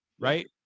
right